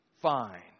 Fine